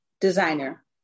designer